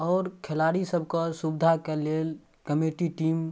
आओर खेलाड़ीसभके सुविधाके लेल कमिटी टीम